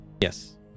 Yes